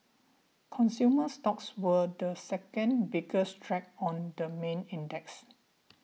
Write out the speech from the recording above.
consumer stocks were the second biggest drag on the main index